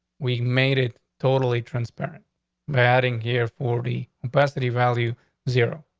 we made it totally transparent by adding here forty capacity value zero.